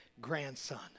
grandson